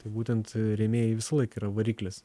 tai būtent rėmėjai visąlaik yra variklis